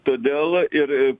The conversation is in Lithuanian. todėl ir